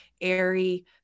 airy